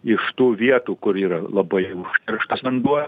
iš tų vietų kur yra labai užterštas vanduo